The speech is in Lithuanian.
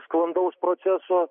sklandaus proceso